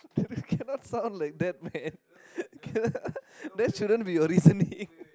you cannot sound like that man cannot that shouldn't be your reasoning